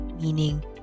meaning